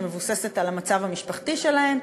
שמבוססת על המצב המשפחתי שלהן,